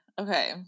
Okay